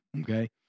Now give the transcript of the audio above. Okay